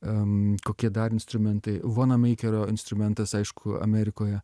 em kokie dar instrumentai vonameikerio instrumentas aišku amerikoje